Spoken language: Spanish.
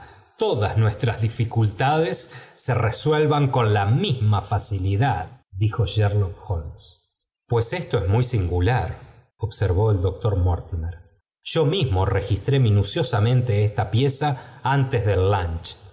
todas nuestras dificultades se resuelvan con la misma facilidad dijo sherlock holmes pues esto es muy singular observó el doc tor mortimer yo mismo registré minuciosamente esta pieza antes del lunch